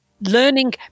learning